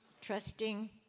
trusting